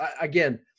Again